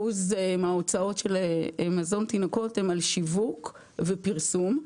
מההוצאות של מזון תינוקות הם על שיווק ופרסום.